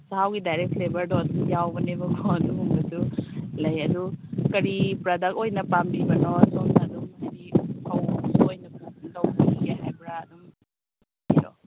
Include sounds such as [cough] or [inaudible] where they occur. ꯆꯍꯥꯎꯒꯤ direct ꯐ꯭ꯂꯦꯕꯔꯗꯣ ꯑꯗꯨꯝ ꯌꯥꯎꯕꯅꯦꯕꯀꯣ ꯑꯗꯨꯒꯨꯝꯕꯗꯨ ꯂꯩ ꯑꯗꯨ ꯀꯔꯤ ꯄ꯭ꯔꯗꯛ ꯑꯣꯏꯅ ꯄꯥꯝꯕꯤꯕꯅꯣ ꯁꯣꯝꯅ ꯑꯗꯨꯝ ꯍꯥꯏꯗꯤ ꯐꯧ ꯑꯣꯏꯅ [unintelligible] ꯍꯥꯏꯕ꯭ꯔꯥ ꯑꯗꯨꯝ [unintelligible]